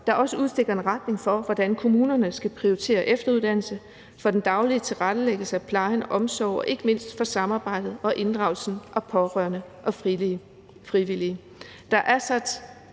der også udstikker en retning for kommunernes prioritering af efteruddannelse, for den daglige tilrettelæggelse af pleje og omsorg, og ikke mindst for samarbejdet med og inddragelsen af pårørende og frivillige.